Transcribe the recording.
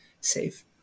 safe